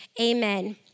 amen